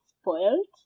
spoiled